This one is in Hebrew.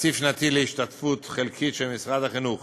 תקציב שנתי להשתתפות חלקית של משרד החינוך